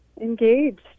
engaged